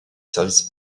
services